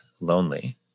lonely